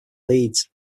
leeds